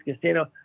Casino